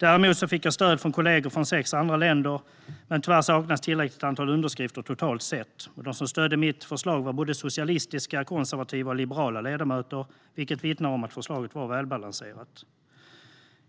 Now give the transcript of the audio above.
Däremot fick jag stöd från kollegor från sex andra länder, men tyvärr saknades ett tillräckligt antal underskrifter totalt sett. De som stödde mitt förslag var såväl socialistiska som konservativa och liberala ledamöter, vilket vittnar om att förslaget var välbalanserat.